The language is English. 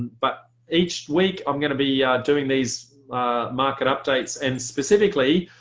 but each week i'm gonna be doing these market updates and specifically,